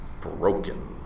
broken